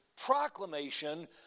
proclamation